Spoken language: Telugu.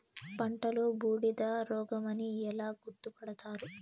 పంటలో బూడిద రోగమని ఎలా గుర్తుపడతారు?